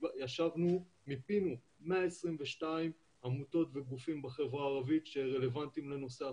ישבנו ומיפינו 122 עמותות וגופים בחברה הערבית שרלוונטיים לנושא החוסן,